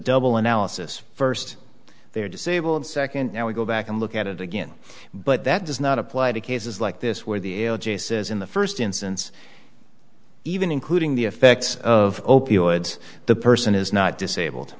double analysis first they're disabled second and we go back and look at it again but that does not apply to cases like this where the l j says in the first instance even including the effects of opioids the person is not disabled